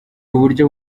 uburyo